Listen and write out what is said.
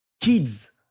kids